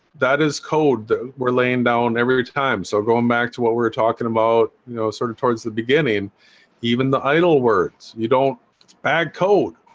that is code we're laying down every time so going back to what we were talking about you know sort of towards the beginning even the idle words, you don't it's bad code.